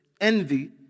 envy